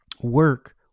Work